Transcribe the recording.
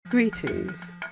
Greetings